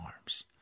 arms